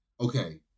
okay